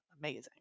amazing